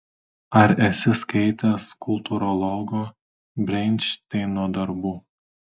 ar esi skaitęs kultūrologo brenšteino darbų